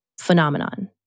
phenomenon